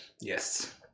yes